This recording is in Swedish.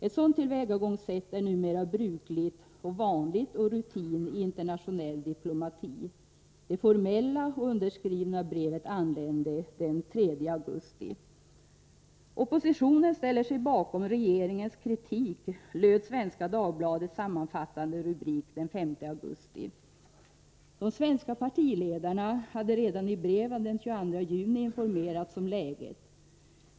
Ett sådant tillvägagångssätt är numera brukligt och vanligt och rutin i internationell diplomati. Det formella och underskrivna brevet anlände den 3 augusti. ”Oppositionen ställer sig bakom regeringens kritik”, löd Svenska Dagbla redan i brev av den 22 juni informerats om läget.